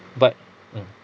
but